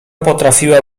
potrafiła